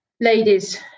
ladies